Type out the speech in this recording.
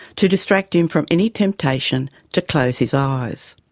to distract him from any temptation to close his eyes.